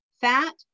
fat